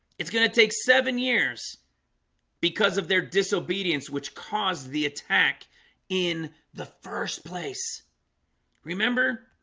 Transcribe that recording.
it's going to take seven years because of their disobedience which caused the attack in the first place remember